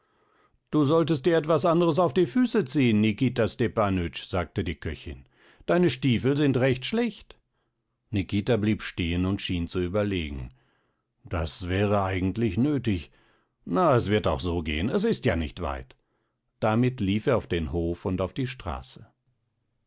du solltest dir etwas anderes auf die füße ziehen nikita stepanütsch sagte die köchin deine stiefel sind recht schlecht nikita blieb stehen und schien zu überlegen das wäre eigentlich nötig na es wird auch so gehen es ist ja nicht weit damit lief er auf den hof und auf die straße